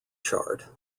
chart